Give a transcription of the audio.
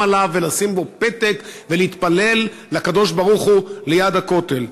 עליו ולשים בו פתק ולהתפלל לקדוש-ברוך-הוא ליד הכותל.